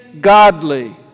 godly